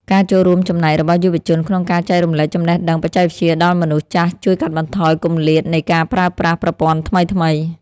ការចូលរួមចំណែករបស់យុវជនក្នុងការចែករំលែកចំណេះដឹងបច្ចេកវិទ្យាដល់មនុស្សចាស់ជួយកាត់បន្ថយគម្លាតនៃការប្រើប្រាស់ប្រព័ន្ធថ្មីៗ។